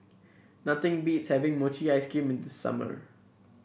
nothing beats having Mochi Ice Cream in the summer